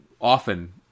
often